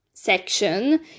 section